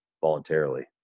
voluntarily